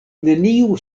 neniu